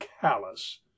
callous